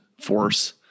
force